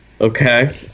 okay